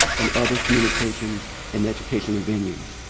and other communications and educational venues.